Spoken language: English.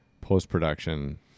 post-production